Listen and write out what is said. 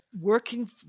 working